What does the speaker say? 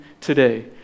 today